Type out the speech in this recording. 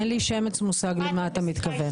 אין לי שמץ מושג למה אתה מתכוון.